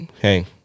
hey